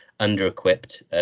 under-equipped